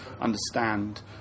understand